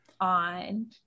on